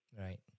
Right